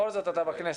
בכל זאת אתה בכנסת.